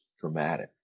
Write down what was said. dramatic